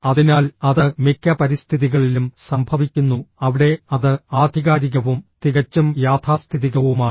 അതിനാൽ അത് മിക്ക പരിസ്ഥിതികളിലും സംഭവിക്കുന്നു അവിടെ അത് ആധികാരികവും തികച്ചും യാഥാസ്ഥിതികവുമാണ്